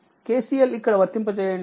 KCL ఇక్కడ వర్తింప చేయండి